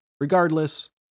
regardless